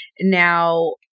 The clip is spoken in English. Now